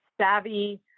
savvy